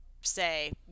say